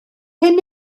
hyn